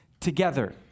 together